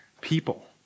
people